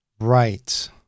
Right